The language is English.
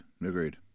Agreed